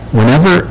Whenever